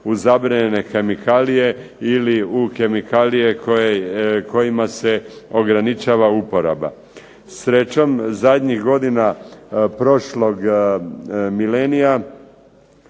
u zabranjene kemikalije ili u kemikalije kojima se ograničava uporaba. Srećom, zadnjih godina prošlog milenija